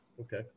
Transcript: Okay